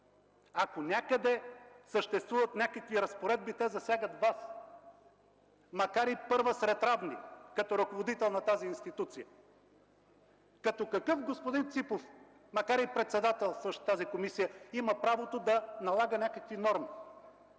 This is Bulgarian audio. Ако някъде съществуват някакви разпоредби те засягат Вас, макар и първа сред равни, като ръководител на тази институция. Като какъв господин Ципов, макар и председателстващ тази комисия, има правото да налага някакви норми?